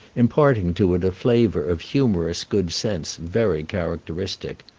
imparting to it a flavor of humorous good sense very characteristic.